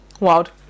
Wild